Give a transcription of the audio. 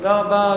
תודה רבה.